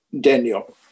Daniel